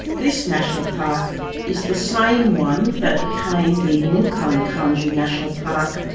this national park is the same one that became the mungkan kaanju national park,